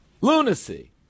lunacy